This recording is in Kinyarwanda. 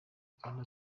kandi